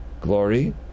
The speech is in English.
glory